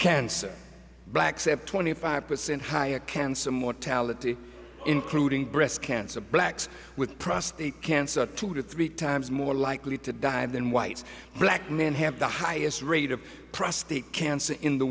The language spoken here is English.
cancer black sept twenty five percent had cancer mortality including breast cancer blacks with prostate cancer two to three times more likely to die than whites black men have the highest rate of prostate cancer in the